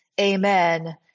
amen